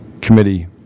committee